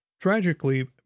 Tragically